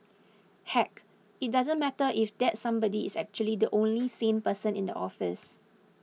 heck it doesn't matter if that somebody is actually the only sane person in the office